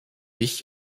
ich